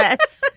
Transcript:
it's